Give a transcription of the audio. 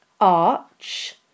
arch